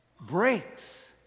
breaks